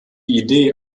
idee